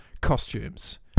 costumes